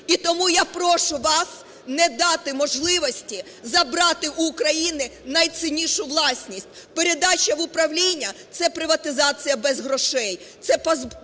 І тому я прошу вас не жати можливості забрати у України найціннішу власність. Передача в управління – це приватизація без грошей,